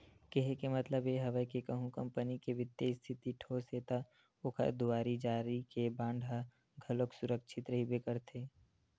केहे के मतलब ये हवय के कहूँ कंपनी के बित्तीय इस्थिति ठोस हे ता ओखर दुवारी जारी के बांड ह घलोक सुरक्छित रहिबे करही